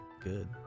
good